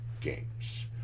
games